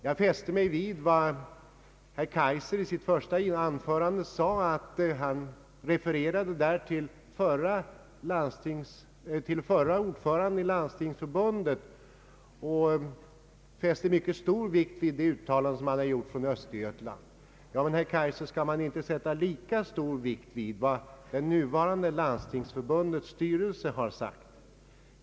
Jag fäste mig vid vad herr Kaijser sade i sitt första anförande. Han refererade till förre ordföranden i Landstingsförbundet och lade mycket stor vikt vid de uttalanden denne gjort. Ja men, herr Kaijser, skall man inte lägga större vikt vid vad Landstingsförbundets nuvarande styrelse sagt.